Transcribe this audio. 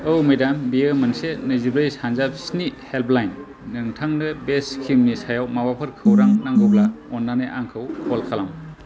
औ मेडाम बियो मोनसे नैजिब्रै सानजाबस्नि हेल्पलाइन नोंथांनो बे स्किमनि सायाव माबाफोरखौरां नांगौब्ला अननानै आंखौ कल खालाम